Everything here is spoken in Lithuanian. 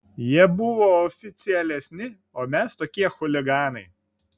jie buvo oficialesni o mes tokie chuliganai